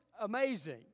amazing